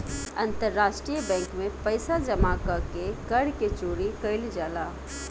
अंतरराष्ट्रीय बैंक में पइसा जामा क के कर के चोरी कईल जाला